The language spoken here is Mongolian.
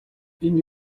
энэ